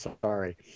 Sorry